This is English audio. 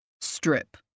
Strip